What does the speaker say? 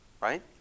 right